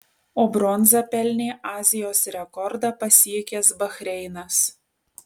o bronzą pelnė azijos rekordą pasiekęs bahreinas